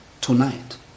tonight